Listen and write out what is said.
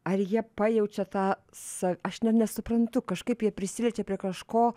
ar jie pajaučia tą sa aš nesuprantu kažkaip jie prisiliečia prie kažko